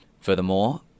Furthermore